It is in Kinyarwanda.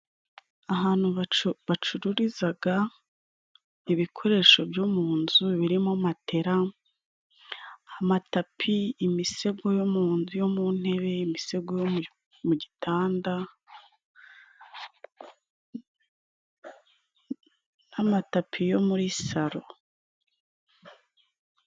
Ahantu bacururiza ibikoresho byo mu nzu birimo matera, amatapi, imisego yo mu ntebe, imisego yo mu gitanda n'amatapi yo muri saro.